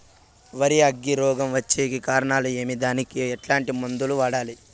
వరి అగ్గి రోగం వచ్చేకి కారణాలు ఏమి దానికి ఎట్లాంటి మందులు వాడాలి?